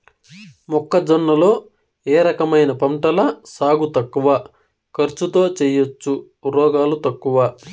మొక్కజొన్న లో ఏ రకమైన పంటల సాగు తక్కువ ఖర్చుతో చేయచ్చు, రోగాలు తక్కువ?